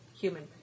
human